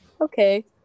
Okay